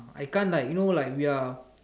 I can't like you know like we are